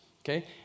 okay